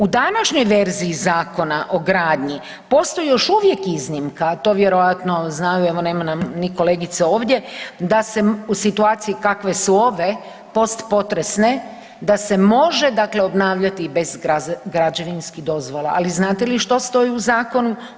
U današnjoj verziji Zakona o gradnji, postoji još uvijek iznimka, to vjerojatno znaju, evo nema nam ni kolegice ovdje, da se u situaciji kakve su ove, postpotresne da se može dakle obnavljati i bez građevinskih dozvola, ali znate li što stoji u zakonu?